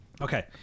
Okay